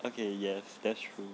okay yes that's true